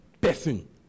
person